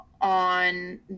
on